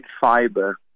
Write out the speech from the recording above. fiber